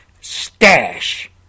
stash